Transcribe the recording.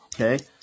Okay